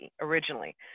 originally